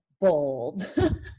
bold